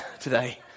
today